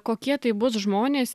kokie tai bus žmonės